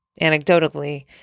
anecdotally